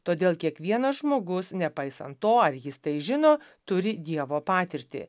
todėl kiekvienas žmogus nepaisant to ar jis tai žino turi dievo patirtį